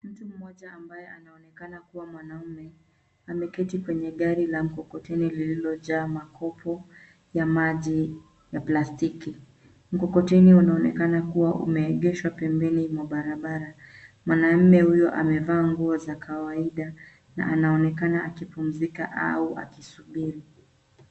Mtu mmoja mabaye anaonekana kuwa mwanaume ameketi kwenye gari la mkokoteni lililojaa makopo ya maji ya plastiki. Mkokoteni unaonekana kuwa umeegeshwa pembeni mwa barabara. Mwanaume huyo amevaa nguo za kawaida na anaonekana akipumzika au akisubiri.